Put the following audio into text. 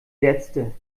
letzte